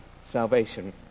salvation